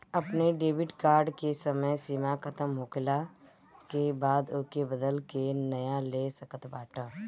अपनी debit card के समय सीमा खतम होखला के बाद ओके बदल के नया ले सकत बाटअ